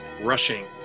rushing